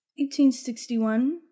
1861